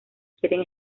quieren